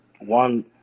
one